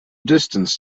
distance